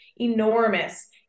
enormous